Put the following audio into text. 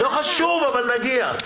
לא חשוב, אבל נגיע.